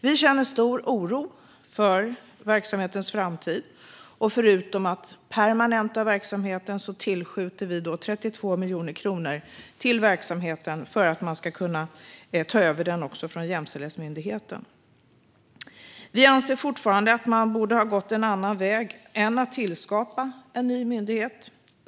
Vi känner stor oro för verksamhetens framtid, och förutom att permanenta kompetensteamet tillskjuter vi 32 miljoner kronor så att man ska kunna ta över verksamheten från Jämställdhetsmyndigheten. Vi anser fortfarande att man borde ha gått en annan väg än att tillskapa en ny myndighet.